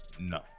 No